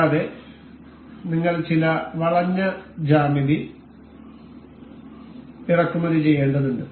കൂടാതെ നിങ്ങൾ ചില വളഞ്ഞ ജ്യാമിതി ഇറക്കുമതി ചെയ്യേണ്ടതുണ്ട്